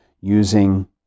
using